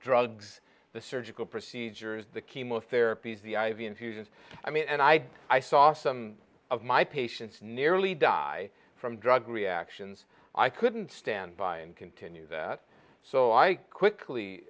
drugs the surgical procedures the chemotherapies the i v infusions i mean and i did i saw some of my patients nearly die from drug reactions i couldn't stand by and continue that so i quickly